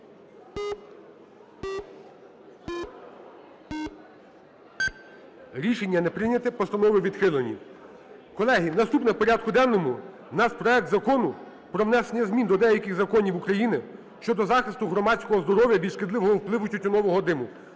Рішення не прийнято. Постанови відхилені. Колеги, наступний в порядку денному у нас проект Закону про внесення змін до деяких законів України (щодо захисту громадського здоров'я від шкідливого впливу тютюнового диму)